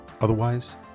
Otherwise